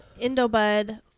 Indobud